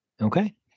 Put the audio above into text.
Okay